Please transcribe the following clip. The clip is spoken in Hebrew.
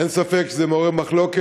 אין ספק שזה מעורר מחלוקת,